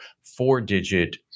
four-digit